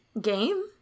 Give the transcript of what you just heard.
game